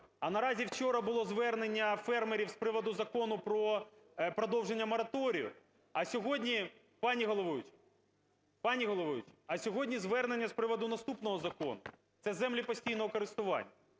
а наразі вчора було звернення фермерів з приводу Закону про продовження мораторію, а сьогодні, пані головуюча, пані головуюча, а сьогодні звернення з приводу наступного закону – це землі постійного користування.